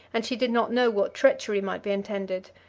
and she did not know what treachery might be intended.